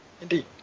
Indeed